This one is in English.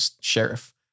sheriff